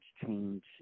change